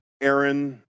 Aaron